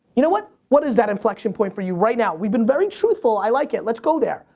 you know what, what is that inflection point for you right now? we've been very truthful, i like it, let's go there.